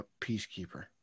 Peacekeeper